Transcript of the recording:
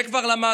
את זה כבר למדנו.